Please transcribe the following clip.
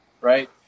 right